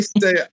say